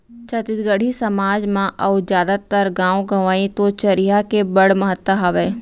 छत्तीसगढ़ी समाज म अउ जादातर गॉंव गँवई तो चरिहा के बड़ महत्ता हावय